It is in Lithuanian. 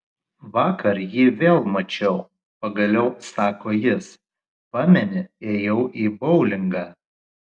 vakar jį vėl mačiau pagaliau sako jis pameni ėjau į boulingą